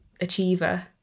achiever